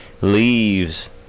Leaves